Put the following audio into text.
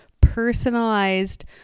personalized